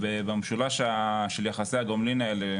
במשולש של יחסי הגומלין האלה,